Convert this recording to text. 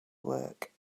work